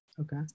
Okay